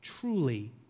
truly